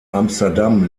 amsterdam